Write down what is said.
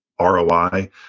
ROI